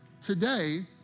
today